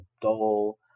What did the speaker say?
dull